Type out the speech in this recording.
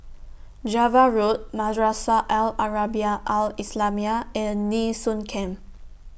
Java Road Madrasah Al Arabiah Al Islamiah and Nee Soon Camp